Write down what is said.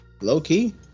Low-key